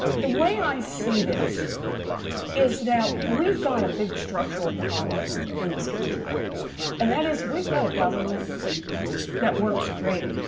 the way i see this is that we've got a big structural problem in this country and that is we've got a government that works great,